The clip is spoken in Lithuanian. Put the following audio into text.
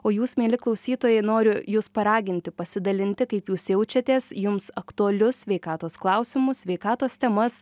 o jūs mieli klausytojai noriu jus paraginti pasidalinti kaip jūs jaučiatės jums aktualius sveikatos klausimus sveikatos temas